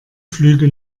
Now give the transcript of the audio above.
flüge